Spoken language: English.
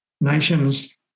nations